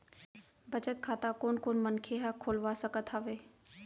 बचत खाता कोन कोन मनखे ह खोलवा सकत हवे?